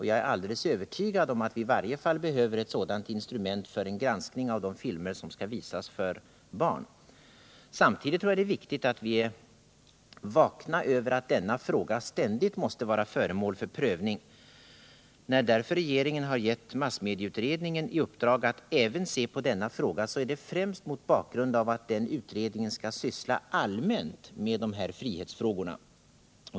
Jag är alldeles övertygad om att vi i varje fall behöver ett sådant instrument för en granskning av de filmer som skall visas för barn. Samtidigt tror jag att det är viktigt att vi är vakna över att denna fråga ständigt måste vara föremål för prövning. När regeringen därför har gett massmedieutredningen i uppdrag att även se på denna fråga, så har det skett främst mot bakgrund av att denna utredning skall syssla mer allmänt med dessa frihetsfrågor.